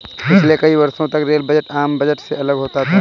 पिछले कई वर्षों तक रेल बजट आम बजट से अलग होता था